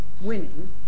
winning